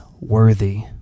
worthy